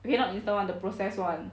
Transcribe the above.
okay not instant [one] but the processed [one]